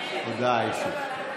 הודעה אישית.